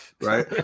Right